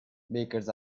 bakers